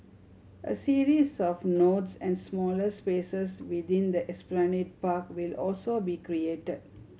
a series of nodes and smaller spaces within the Esplanade Park will also be created